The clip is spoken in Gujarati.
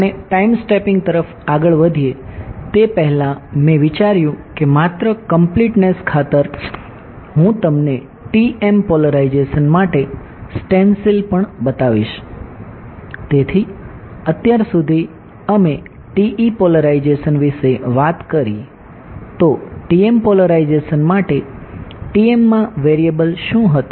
આપણે ટાઇમ સ્ટેપિંગ શું હતા